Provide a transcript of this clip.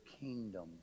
kingdom